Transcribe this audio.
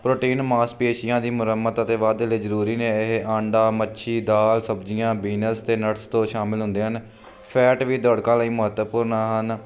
protein ਮਾਸਪੇਸ਼ੀਆਂ ਦੀ ਮੁਰੰਮਤ ਅਤੇ ਵਾਧੇ ਲਈ ਜ਼ਰੂਰੀ ਨੇ ਇਹ ਆਂਡਾ ਮੱਛੀ ਦਾਲਾਂ ਸਬਜ਼ੀਆਂ ਬੀਨਸ ਅਤੇ ਨਟਸ ਤੋਂ ਸ਼ਾਮਿਲ ਹੁੰਦੇ ਹਨ ਫੈਟ ਵੀ ਦੌੜਾਕਾਂ ਲਈ ਮਹੱਤਵਪੂਰਨ ਹਨ